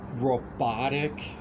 robotic